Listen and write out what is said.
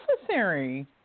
necessary